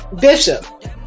Bishop